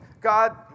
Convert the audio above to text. God